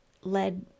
led